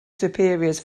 superiors